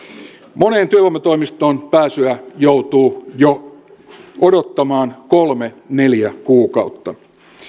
moneen työvoimatoimistoon pääsyä joutuu jo odottamaan kolme viiva neljä kuukautta